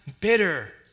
bitter